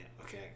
okay